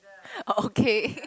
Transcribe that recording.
oh okay